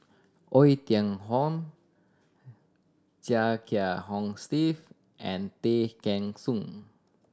Oei Tiong Ham Chia Kiah Hong Steve and Tay Kheng Soon